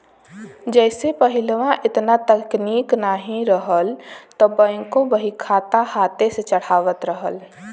जइसे पहिलवा एतना तकनीक नाहीं रहल त बैंकों बहीखाता हाथे से चढ़ावत रहल